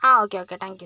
ആ okay okay thank you